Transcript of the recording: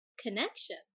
connection